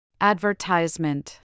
Advertisement